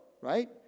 Right